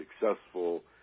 successful